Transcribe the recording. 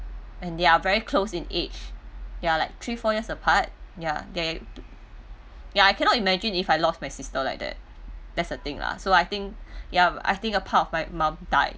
and they are very close in age they are like three four years apart ya they ya I cannot imagine if I lost my sister like that that's the thing lah so I think ya I think a part of my mom died